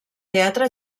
teatre